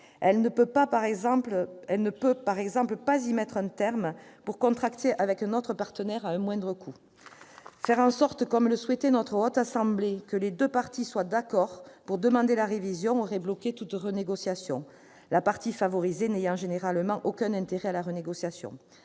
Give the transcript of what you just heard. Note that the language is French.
elle ne peut pas y mettre un terme pour contracter avec un autre partenaire à un moindre coût. Faire en sorte, comme le souhaitait la Haute Assemblée, que les deux parties soient d'accord pour demander la révision aurait bloqué toute renégociation, la partie favorisée n'y ayant généralement aucun intérêt. La version